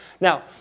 Now